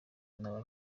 naba